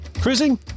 cruising